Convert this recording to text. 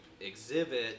exhibit